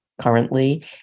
currently